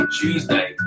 Tuesday